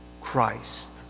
Christ